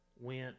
went